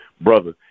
brother